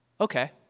Okay